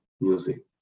music